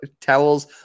towels